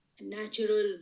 natural